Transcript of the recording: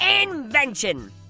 Invention